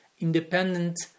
independent